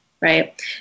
right